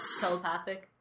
telepathic